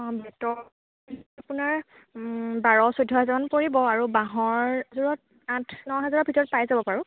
অঁ বেতৰ আপোনাৰ বাৰ চৈধ্য হাজাৰ মান পৰিব আৰু বাঁহৰযোৰত আঠ নহেজাৰৰ ভিতৰত পাই যাব বাৰু